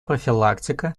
профилактика